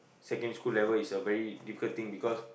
secondary school level is a very difficult thing because